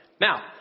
Now